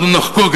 אנחנו נחקוק.